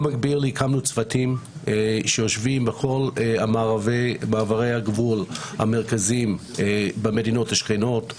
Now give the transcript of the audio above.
במקביל הקמנו צוותים שיושבים בכל מעברי הגבול המרכזיים במדינות השכנות,